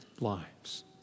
lives